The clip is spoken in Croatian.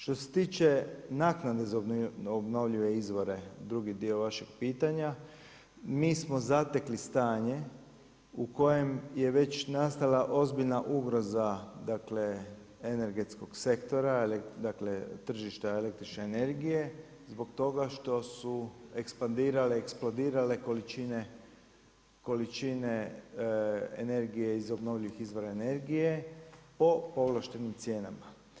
Što se tiče naknade za obnovljive izvore, drugi dio vašeg pitanja, mi smo zatekli stanje u kojem je već nastala ozbiljna ugroza dakle energetskog sektora, dakle tržišta električne energije zbog toga što su ekspandirale, eksplodirale količine, količine energije iz obnovljivih izvora energije po povlaštenim cijenama.